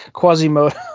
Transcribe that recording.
Quasimodo